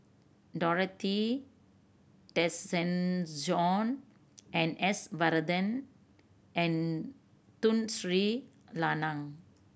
Dorothy Tessensohn and S Varathan and Tun Sri Lanang